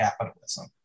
capitalism